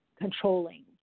controlling